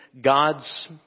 God's